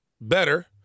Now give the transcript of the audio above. better